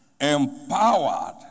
empowered